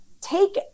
take